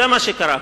זה מה שקרה כאן.